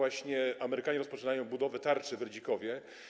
Amerykanie rozpoczynają budowę tarczy w Redzikowie.